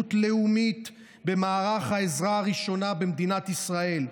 חשיבות לאומית במערך העזרה הראשונה במדינת ישראל,